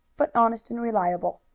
but honest and reliable,